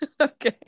Okay